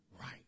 right